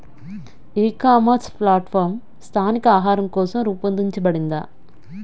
ఈ ecommerce platform స్థానిక ఆహారం కోసం రూపొందించబడిందా?